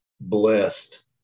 blessed